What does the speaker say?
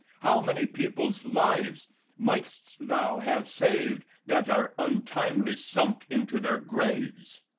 how many people's lives mightst thou have saved, that are untimely sunk into their graves!